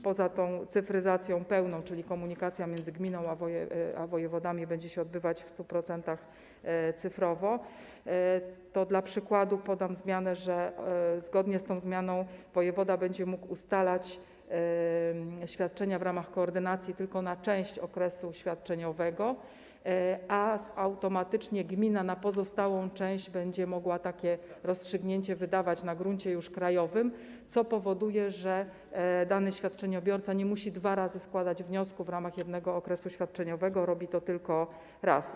Poza tą cyfryzacją pełną - czyli komunikacja między gminą a wojewodami będzie się odbywać w 100% cyfrowo - dla przykładu podam zmianę, zgodnie z którą wojewoda będzie mógł ustalać świadczenia w ramach koordynacji tylko na część okresu świadczeniowego, a automatycznie gmina na pozostałą część będzie mogła takie rozstrzygnięcie wydawać, na gruncie już krajowym, co powoduje, że dany świadczeniobiorca nie musi dwa razy składać wniosku w ramach jednego okresu świadczeniowego, robi to tylko raz.